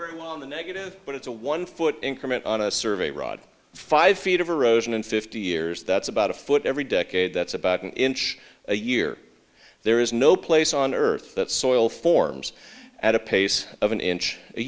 that on the negative but it's a one foot increment on a survey rod five feet of erosion and fifty years that's about a foot every decade that's about an inch a year there is no place on earth that soil forms at a pace of an inch a